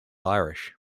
irish